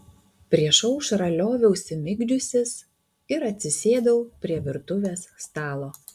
prieš aušrą lioviausi migdžiusis ir atsisėdau prie virtuvės stalo